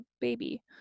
baby